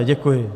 Děkuji.